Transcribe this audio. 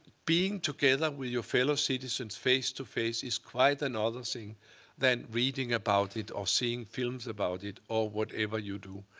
being together with your fellow citizens face-to-face is quite another thing than reading about it or seeing films about it or whatever you do.